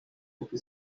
mbere